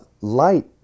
light